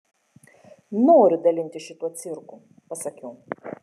noriu dalintis šituo cirku pasakiau